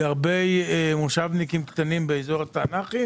זה הרבה מושבניקים קטנים באזור התענכים